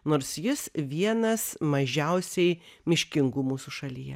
nors jis vienas mažiausiai miškingų mūsų šalyje